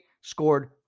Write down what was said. scored